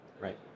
Right